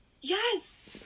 Yes